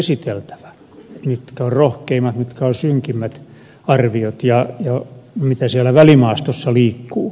mitkä ovat rohkeimmat mitkä ovat synkimmät arviot ja mitä siellä välimaastossa liikkuu